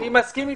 מסכים,